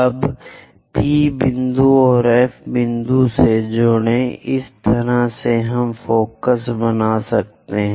अब P बिंदु और F बिंदु से जुड़ें इस तरह से हम फोकस बनाते हैं